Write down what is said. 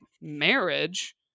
marriage